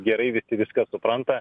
gerai visi viską supranta